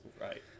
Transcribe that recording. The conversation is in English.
Right